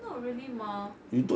no really mah